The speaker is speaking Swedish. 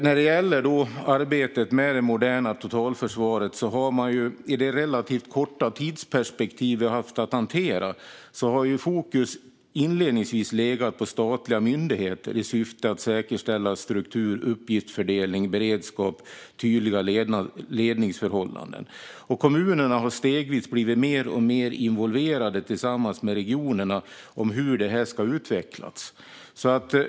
När det gäller arbetet med det moderna totalförsvaret har fokus i det relativt korta tidsperspektiv vi har haft att hantera detta inledningsvis legat på statliga myndigheter i syfte att säkerställa struktur, uppgiftsfördelning, beredskap och tydliga ledningsförhållanden. Kommunerna har stegvis blivit mer och mer involverade tillsammans med regionerna om hur detta ska utvecklas.